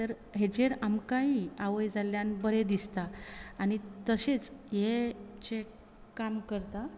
तर हेचेर आमकांय आवय जाल्यान बरें दिसता आनी तशेंच हे जे काम करता